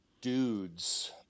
dudes